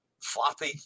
floppy